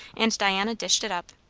and diana dished it up.